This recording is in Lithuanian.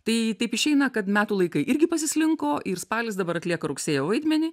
tai taip išeina kad metų laikai irgi pasislinko ir spalis dabar atlieka rugsėjo vaidmenį